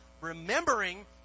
remembering